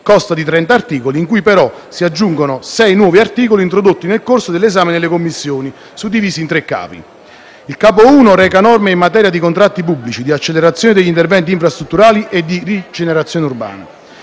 consta di trenta articoli, cui però si aggiungono sei nuovi articoli introdotti nel corso dell'esame nelle Commissioni, suddivisi in tre capi. Il capo I reca norme in materia di contratti pubblici, di accelerazione degli interventi infrastrutturali e di rigenerazione urbana.